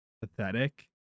pathetic